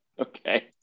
Okay